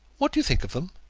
what do you think of them?